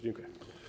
Dziękuję.